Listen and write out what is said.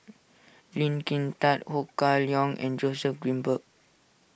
Lee Kin Tat Ho Kah Leong and Joseph Grimberg